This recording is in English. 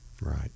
right